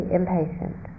impatient